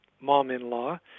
mom-in-law